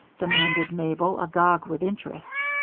demanded mabel, agog with interest.